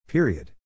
Period